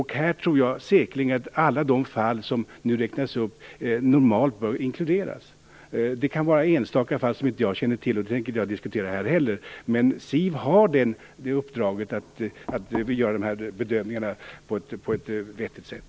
Här tror jag säkerligen att alla de fall som nu räknats upp normalt bör inkluderas. Det kan finnas enstaka fall som inte jag känner till, och de tänker jag inte heller diskutera här, men SIV har uppdraget att göra dessa bedömningar på ett vettigt sätt.